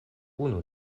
unu